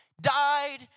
died